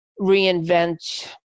reinvent